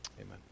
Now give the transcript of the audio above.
amen